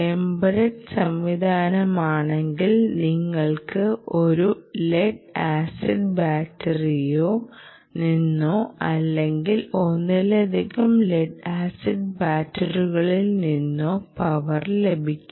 embedded സംവിധാനമാണെങ്കിൽ നിങ്ങൾക്ക് ഒരു ലെഡ് ആസിഡ് ബാറ്ററിയിൽ നിന്നോ അല്ലെങ്കിൽ ഒന്നിലധികം ലെഡ് ആസിഡ് ബാറ്ററികളിൽ നിന്നോ പവർ ലഭിക്കും